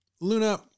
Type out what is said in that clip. Luna